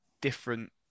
different